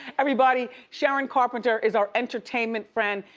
everybody, sharon carpenter is our entertainment friend.